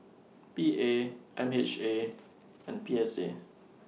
P A M H A and P S A